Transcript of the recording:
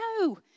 No